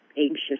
anxious